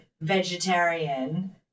vegetarian